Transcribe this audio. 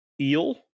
Eel